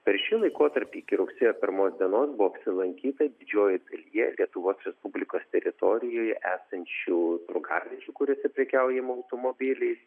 per šį laikotarpį iki rugsėjo pirmos dienos buvo apsilankyta didžiojoje dalyje lietuvos respublikos teritorijoje esančių turgaviečių kuriose prekiaujama automobiliais